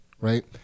right